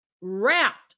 wrapped